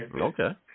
okay